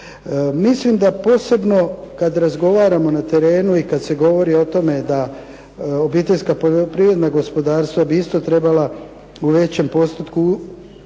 Mislim da posebno kad razgovaramo na terenu i kad se govori o tome da obiteljska poljoprivredna gospodarstva bi isto trebala u većem postotku